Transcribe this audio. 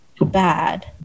bad